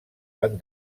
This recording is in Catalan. van